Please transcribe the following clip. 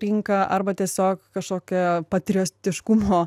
rinka arba tiesiog kažkokia patriotiškumo